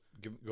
Give